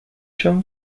john